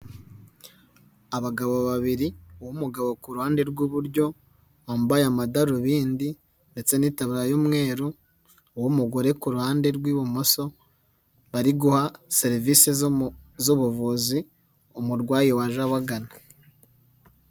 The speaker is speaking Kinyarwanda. Abagabo babiri b'umugabo ku ruhande rw'iburyo wambaye amadarubindi, ndetse n'itaburiya y'umweru w'umugore ku ruhande rw'ibumoso bari guha serivisi z'ubuvuzi umurwayi waje abagana.